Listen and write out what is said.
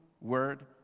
word